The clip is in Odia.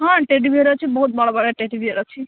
ହଁ ଟେଡ଼ିବିୟର୍ ଅଛି ବହୁତ ବଡ଼ ବଡ଼ ଟେଡ଼ିବିୟର୍ ଅଛି